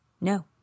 No